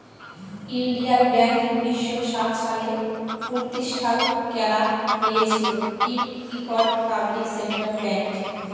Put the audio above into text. ইলডিয়াল ব্যাংক উনিশ শ সাত সালে পরতিষ্ঠাল ক্যারা হঁইয়েছিল, ইট ইকট পাবলিক সেক্টর ব্যাংক